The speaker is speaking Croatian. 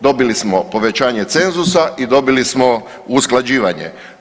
Dobili smo povećanje cenzusa i dobili smo usklađivanje.